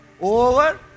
over